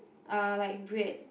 uh like bread